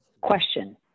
Question